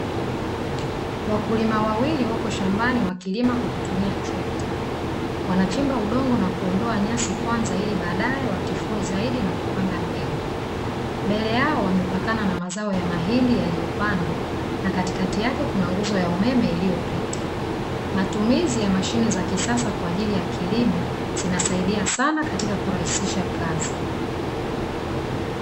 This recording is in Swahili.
Wakulima wawili wako shambani wakilima kwa kutumia trekta wanachimba udongo na kuondoa nyasi kwanza ili baadae watifue zaidi na kupanda mbegu. Mbele yao wamepakana na mazao ya mahindi yaliopandwa na katikati yake kuna nguzo ya umeme iliyopita. Matumizi ya mashine za kisasa kwa ajili ya kilimo zinasaidia sana katika kurahisisha kazi.